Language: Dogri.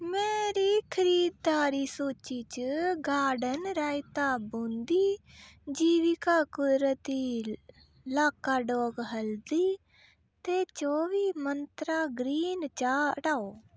मेरी खरीदारी सूची च गार्डन रायता बूंदी जीविका कुदरती लाकाडोंग हल्दी ते चौबी मंत्रा ग्रीन चाह् हटाओ